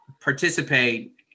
participate